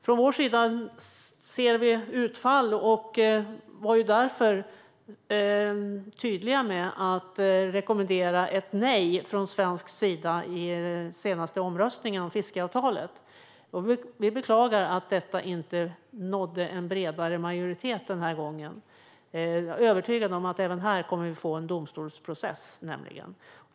Från vår sida ser vi utfallet och var därför tydliga med att rekommendera ett nej från svensk sida i den senaste omröstningen om fiskeavtalet. Vi beklagar att detta inte nådde en bredare majoritet denna gång. Jag är nämligen övertygad om att vi även här kommer att få en domstolsprocess.